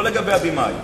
לא לגבי הבימאי.